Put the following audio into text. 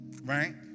Right